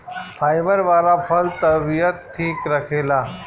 fibre वाला फल तबियत ठीक रखेला